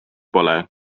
pole